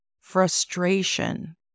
frustration